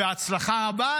בהצלחה רבה,